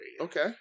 Okay